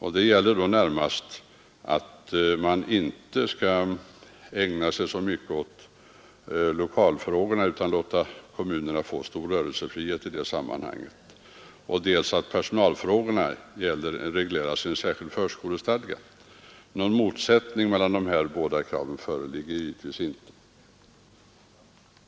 Närmast gäller det dels att man inte skall ägna sig så mycket åt lokalfrågorna, utan låta kommunerna få stor rörelsefrihet i det sammanhanget, dels att personalfrågorna regleras i en särskild förskolestadga. Någon motsättning mellan de båda kraven föreligger givetvis inte.